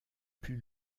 plus